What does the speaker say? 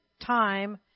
time